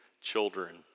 children